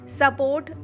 support